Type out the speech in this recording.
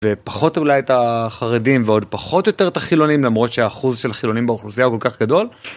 ופחות אולי את החרדים ועוד פחות יותר את החילונים למרות שהאחוז של החילונים באוכלוסייה הוא כל כך גדול.